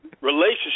relationship